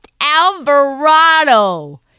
Alvarado